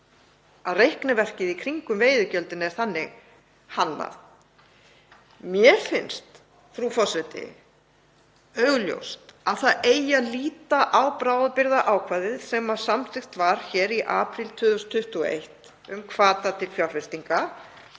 að reikniverkið í kringum veiðigjöldin er þannig hannað. Mér finnst, frú forseti, augljóst með bráðabirgðaákvæðið sem samþykkt var hér í apríl 2021, um hvata til fjárfestinga,